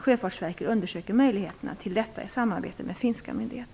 Sjöfartsverket undersöker möjligheterna till detta i samarbete med finska myndigheter.